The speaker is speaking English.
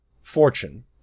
fortune